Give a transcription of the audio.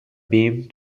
beamed